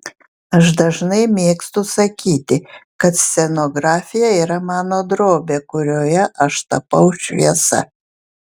aš dažnai mėgstu sakyti kad scenografija yra mano drobė kurioje aš tapau šviesa